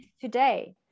today